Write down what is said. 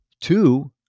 two